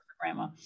grandma